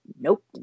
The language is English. Nope